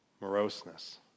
moroseness